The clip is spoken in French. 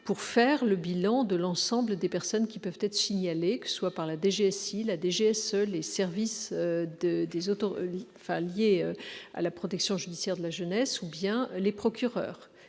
pour faire un bilan sur l'ensemble des personnes qui peuvent être signalées par la DGSI, la DGSE, les services de la protection judiciaire de la jeunesse ou les procureurs,